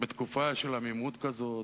בתקופה של עמימות כזאת,